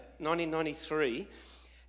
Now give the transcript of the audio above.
1993